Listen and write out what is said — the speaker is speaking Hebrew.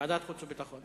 ועדת חוץ וביטחון.